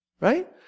right